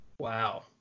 wow